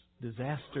disaster